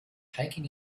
hiking